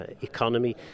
economy